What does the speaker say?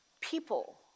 people